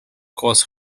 koos